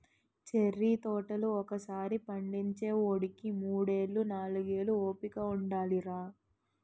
cherry తోటలు ఒకసారి పండించేవోడికి మూడేళ్ళు, నాలుగేళ్ళు ఓపిక ఉండాలిరా